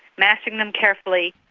mastering them carefully,